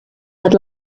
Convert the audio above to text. had